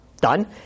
done